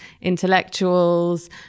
intellectuals